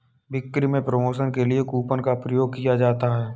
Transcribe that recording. बिक्री में प्रमोशन के लिए कूपन का प्रयोग किया जाता है